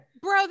Bro